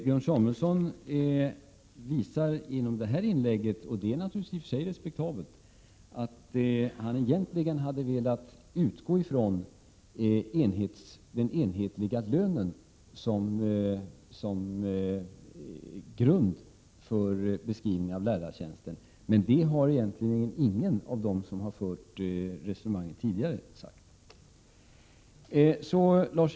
Björn Samuelson visar genom det här inlägget — vilket naturligtvis i och för sig är respektabelt — att han egentligen hade velat utgå från den enhetliga lönen som grund för beskrivning av lärartjänster. Men det har egentligen ingen av dem som fört resonemanget tidigare sagt.